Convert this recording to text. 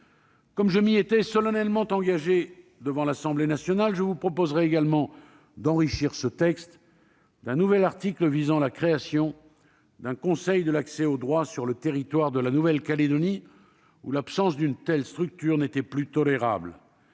Comme je m'y étais solennellement engagé devant l'Assemblée nationale, je vous proposerai d'enrichir ce texte d'un nouvel article visant à créer un conseil de l'accès au droit sur le territoire de la Nouvelle-Calédonie, où l'absence d'une telle structure n'est plus tolérable.